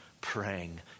praying